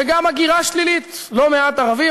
וגם הגירה שלילית, לא מעט ערבים.